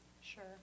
Sure